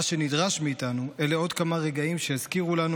מה שנדרש מאיתנו הם עוד כמה רגעים שיזכירו לנו